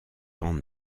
temps